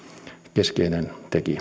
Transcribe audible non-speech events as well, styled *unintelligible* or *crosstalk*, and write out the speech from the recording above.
keskeinen tekijä *unintelligible*